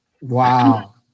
Wow